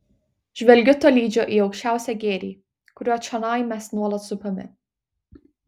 žvelgiu tolydžio į aukščiausią gėrį kurio čionai mes nuolat supami